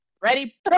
Ready